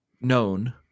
known